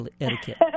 etiquette